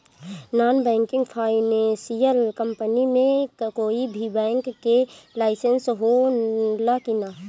Non banking financial company मे कोई भी बैंक के लाइसेन्स हो ला कि ना?